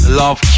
love